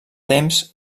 temps